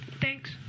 Thanks